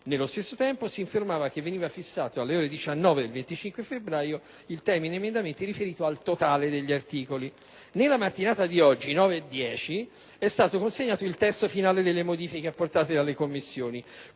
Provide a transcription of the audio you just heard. Nello stesso tempo, si informava che veniva fissato alle ore 19 del 25 febbraio il termine per la presentazione degli emendamenti riferito al totale degli articoli. Nella mattinata di oggi (alle ore 9,10), è stato consegnato il testo finale delle modifiche apportate dalle Commissioni.